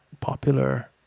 popular